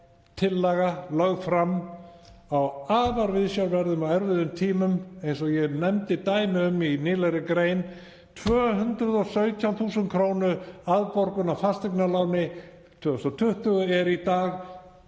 tillaga lögð fram á afar viðsjárverðum og erfiðum tímum, eins og ég nefndi dæmi um í nýlegri grein; 217.000 kr. afborgun af fasteignaláni 2020 er í dag